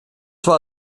war